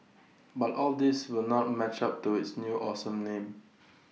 but all these will not match up to its new awesome name